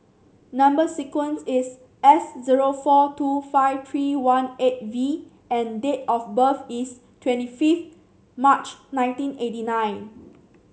number sequence is S zero four two five three one eight V and date of birth is twenty five March nineteen eighty nine